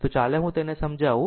તો ચાલો હું તેને સમજાવું